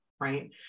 right